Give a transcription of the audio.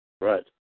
Right